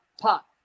pop